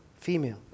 female